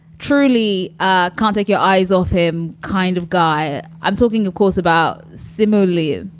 truly ah can't take your eyes off him kind of guy. i'm talking, of course, about similarly,